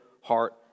heart